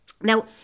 Now